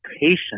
patient